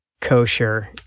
kosher